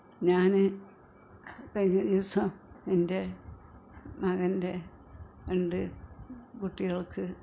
ഞാൻ കഴിഞ്ഞ ദിവസം എൻ്റെ മകൻ്റെ രണ്ടു കുട്ടികൾക്ക്